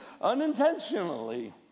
unintentionally